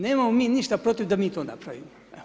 Nemamo mi ništa protiv da mi to napravimo.